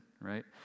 right